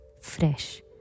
fresh